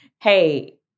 hey